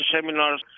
seminars